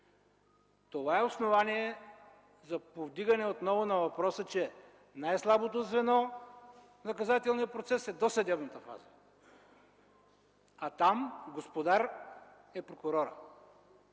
Това е основание за повдигане отново на въпроса, че най-слабото звено в наказателния процес е досъдебната фаза. А там господар е прокурорът!